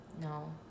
no